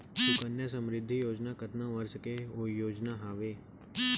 सुकन्या समृद्धि योजना कतना वर्ष के योजना हावे?